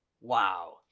wow